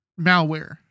malware